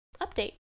update